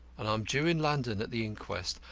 and i'm due in london at the inquest.